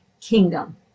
kingdom